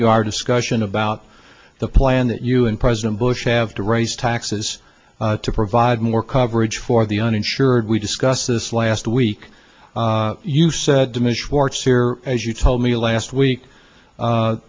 you are discussion about the plan that you and president bush have to raise taxes provide more coverage for the uninsured we discussed this last week you said diminish warts here as you told me last week